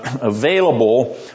available